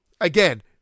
again